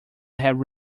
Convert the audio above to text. have